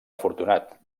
afortunat